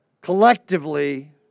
collectively